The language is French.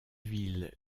ville